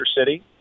City